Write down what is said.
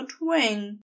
wing